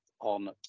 on